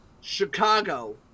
Chicago